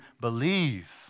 believe